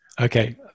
Okay